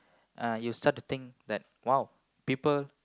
uh you start to think that !wow! people